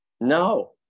No